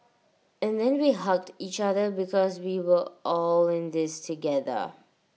and then we hugged each other because we were all in this together